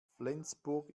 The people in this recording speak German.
flensburg